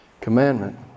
commandment